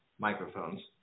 Microphones